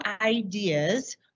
ideas